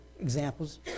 examples